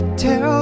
tell